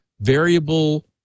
variable